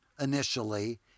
initially